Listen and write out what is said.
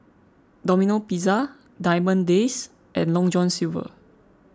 Domino Pizza Diamond Days and Long John Silver